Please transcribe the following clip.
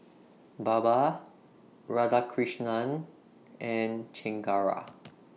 Baba Radhakrishnan and Chengara